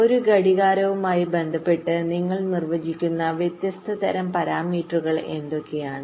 ഒരു ഘടികാരവുമായി ബന്ധപ്പെട്ട് നിങ്ങൾ നിർവചിക്കുന്ന വ്യത്യസ്ത തരം പരാമീറ്ററുകൾ എന്തൊക്കെയാണ്